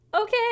Okay